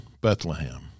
Bethlehem